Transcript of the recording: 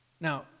Now